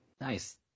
Nice